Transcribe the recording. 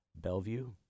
Bellevue